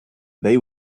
they